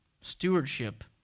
Stewardship